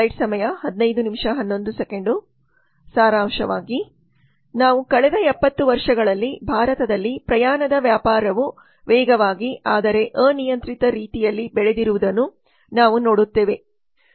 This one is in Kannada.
ಸಾರಾಂಶವಾಗಿ ನಾವು ಕಳೆದ ಎಪ್ಪತ್ತು ವರ್ಷಗಳಲ್ಲಿ ಭಾರತದಲ್ಲಿ ಪ್ರಯಾಣದ ವ್ಯಾಪಾರವು ವೇಗವಾಗಿ ಆದರೆ ಅನಿಯಂತ್ರಿತ ರೀತಿಯಲ್ಲಿ ಬೆಳೆದಿರುವುದನ್ನು ನಾವು ನೋಡುತ್ತೇವೆ